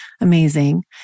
amazing